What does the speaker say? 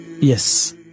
Yes